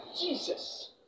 Jesus